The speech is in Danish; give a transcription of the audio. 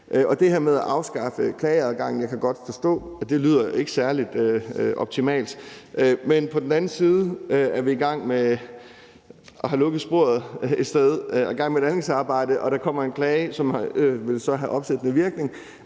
det her med at afskaffe klageadgangen kan jeg godt forstå, at det ikke lyder særlig optimalt, men på den anden side er vi i gang med at have lukket sporet et sted og er i gang med et anlægsarbejde, og kommer der en klage, som vil have opsættende virkning,